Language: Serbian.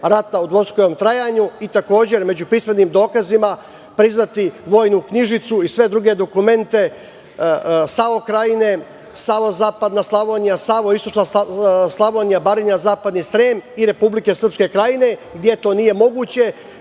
rata u dvostrukom trajanju i takođe, među pismenim dokazima priznati vojnu knjižicu i sve druge dokumente SAO Krajine, SAO Zapadna Slavonija, SAO Istočna Slavonija, Baranja, Zapadni Srem i Republike Srpske Krajine, gde to nije moguće,